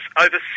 over